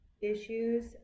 issues